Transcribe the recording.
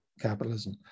capitalism